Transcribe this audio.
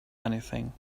anything